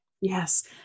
Yes